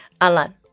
Alan